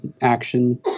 action